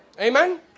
Amen